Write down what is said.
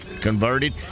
converted